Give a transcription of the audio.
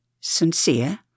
sincere